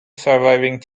surviving